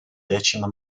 decima